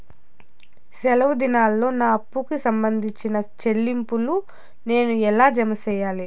సెలవు దినాల్లో నా అప్పుకి సంబంధించిన చెల్లింపులు నేను ఎలా జామ సెయ్యాలి?